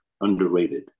underrated